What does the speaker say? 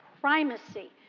primacy